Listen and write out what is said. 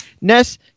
Ness